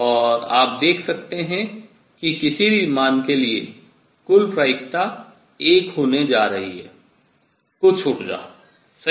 और आप देख सकते हैं कि किसी भी मान के लिए कुल प्रायिकता एक होने जा रही है कुछ ऊर्जा सही